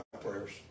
prayers